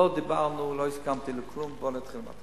לא דיברנו, לא הסכמתי לכלום, בואו נתחיל מההתחלה.